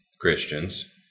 Christians